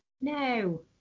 no